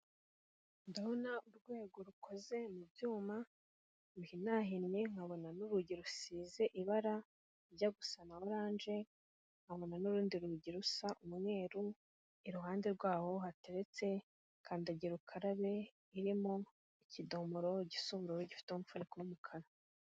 Ndabona urwego rukoze mu byuma bihinahinnye, nkabona n'urugi rusize ibara rinjya gusa na oranje, nkabona n'urundi rugi rusa umweru, iruhande rwaho hateretse kandagira ukarabe irimo ikidomoro igisa ubururu gifite umufuniko n'umukara.